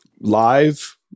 live